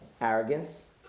arrogance